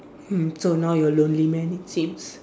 mm so now you're a lonely man it seems